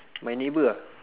my neighbour ah